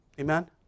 Amen